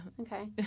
Okay